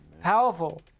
Powerful